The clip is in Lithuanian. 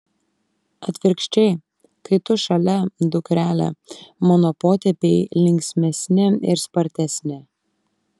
atvirkščiai kai tu šalia dukrele mano potėpiai linksmesni ir spartesni